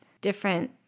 different